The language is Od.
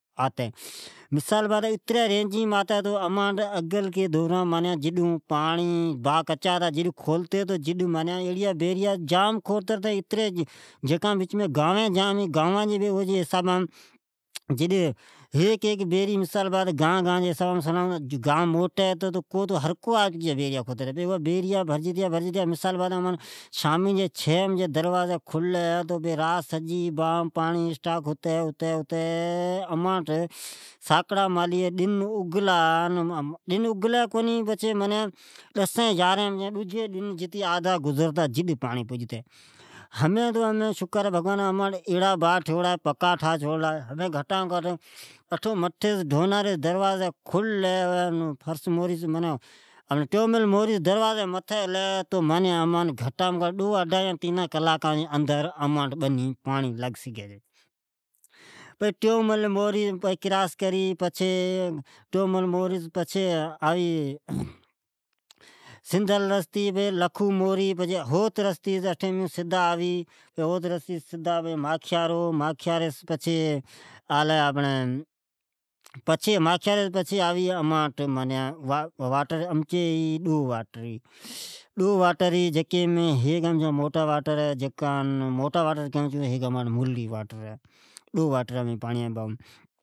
آتی مثالا جی بات اتری ریجیم آتے ۔اگللی زمانی۔ جڈ باھ کچا ھتا جڈ کھلتی تو جڈ بیرئا جام کھوترتے تو جکا ربچمین گائین جام کھترتے یا کو گاین موٹی ھوی تو ھرکو آپکیا بیریا کھترتے پچھے۔ اوا جڈ بھرجتیا بھرجتیا۔ مثالی جی بات ھی اماٹھ سامیجی چھین بجیدروازی کھللی اون رات سجی بیریا بھرجیتا بھرجتیا جتے ادجی ڈن ساکاڑ ڈسی بھجی پانڑی لگتی۔ ھمین تو بگوان جا شکر ھی تو باھایڑا پکا ٹیھاڑا ھی۔ ھمین جڈ ڈورناریس جون ٹیمور پانڑی کھللی تو ڈوئی اڈائی کلاکم پانارئ امچی بنین لگتے ۔ ٹیمل موری نکر تے ، پچھے سیدل رستی ،پچھے لکھو مورئ پچے ھوت رستے۔ اٹھمین آوی پچھے ماکھایوری پچھے ۔اماٹھ آؤی امٹھ امچی ڈو واٹر ھی۔ ھیک موٹا واٹر ھی اون امی مرلی واٹر کیون چھون۔ ڈو واٹر امین بھئیو